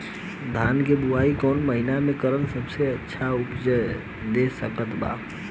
धान के बुआई कौन महीना मे करल सबसे अच्छा उपज दे सकत बा?